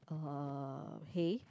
uh hay